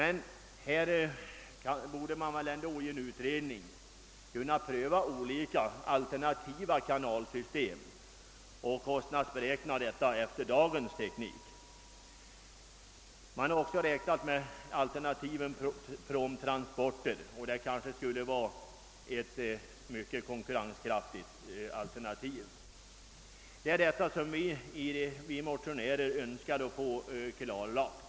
En utredning borde kunna pröva olika alternativa kanalsystem och kostandsberäkna dessa med hänsyn till dagens teknik. Man har också räknat med alternativet pråmtransporter, och det kanske skulle vara mycket konkurrenskraftigt. Det är detta som vi motionärer önskar få klarlagt.